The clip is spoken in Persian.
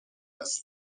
است